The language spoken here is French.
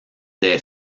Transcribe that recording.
des